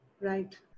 right